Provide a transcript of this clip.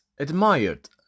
admired